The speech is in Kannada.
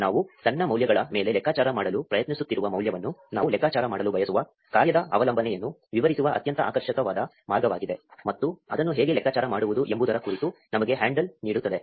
ನಾವು ಸಣ್ಣ ಮೌಲ್ಯಗಳ ಮೇಲೆ ಲೆಕ್ಕಾಚಾರ ಮಾಡಲು ಪ್ರಯತ್ನಿಸುತ್ತಿರುವ ಮೌಲ್ಯವನ್ನು ನಾವು ಲೆಕ್ಕಾಚಾರ ಮಾಡಲು ಬಯಸುವ ಕಾರ್ಯದ ಅವಲಂಬನೆಯನ್ನು ವಿವರಿಸುವ ಅತ್ಯಂತ ಆಕರ್ಷಕವಾದ ಮಾರ್ಗವಾಗಿದೆ ಮತ್ತು ಅದನ್ನು ಹೇಗೆ ಲೆಕ್ಕಾಚಾರ ಮಾಡುವುದು ಎಂಬುದರ ಕುರಿತು ನಮಗೆ ಹ್ಯಾಂಡಲ್ ನೀಡುತ್ತದೆ